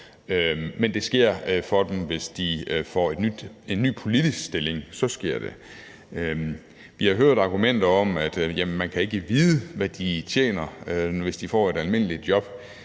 men det sker for dem, hvis de får en ny politisk stilling; så sker det. Vi har hørt argumenter om, at man ikke kan vide, hvad de tjener, hvis de får et almindeligt job.